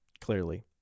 Clearly